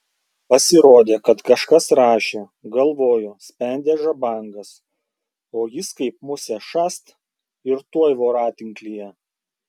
pasirodė kad kažkas rašė galvojo spendė žabangas o jis kaip musė šast ir tuoj voratinklyje